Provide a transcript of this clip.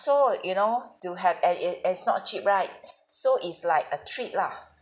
so you know to have at it it's not cheap right so it's like a treat lah